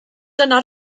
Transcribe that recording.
dyna